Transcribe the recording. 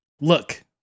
look